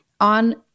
on